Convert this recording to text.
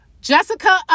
Jessica